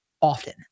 often